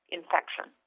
infection